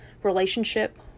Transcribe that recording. Relationship